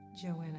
Joanna